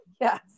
Yes